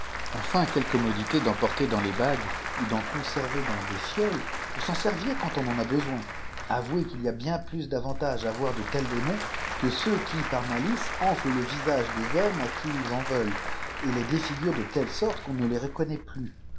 enfin quelle comniodité d'en porter dans les bagues ou d'en conserver dans des fioles pour s'en servir miand on en a besoin avouez qu'il y a bien plus d'avante à avoir de tels démons que ceux qui par malice enflent le visage des hom mes à qui ils en veulent et les défigurent de telle sorte qu'on ne les reconnaît plus